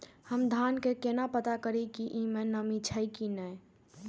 हम धान के केना पता करिए की ई में नमी छे की ने?